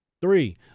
Three